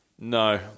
No